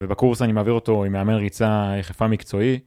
ובקורס אני מעביר אותו עם מאמן ריצה יחפה מקצועי.